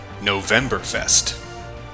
Novemberfest